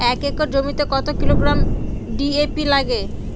এক একর জমিতে কত কিলোগ্রাম ডি.এ.পি লাগে?